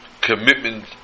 commitment